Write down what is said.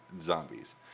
zombies